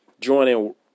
joining